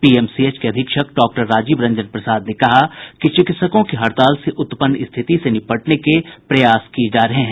PMCH के अधीक्षक डॉ राजीव रंजन प्रसाद ने कहा कि चिकित्सकों की हड़ताल से उत्पन्न स्थिति से निपटने के प्रयास किये जा रहे हैं